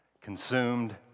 consumed